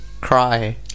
cry